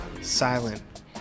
silent